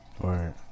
Right